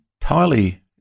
entirely